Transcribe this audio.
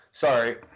Sorry